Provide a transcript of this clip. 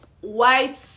white